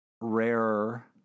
rarer